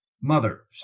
mother